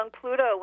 Pluto